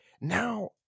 now